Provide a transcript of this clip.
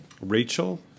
Rachel